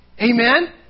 Amen